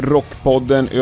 Rockpodden